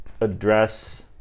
address